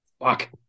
fuck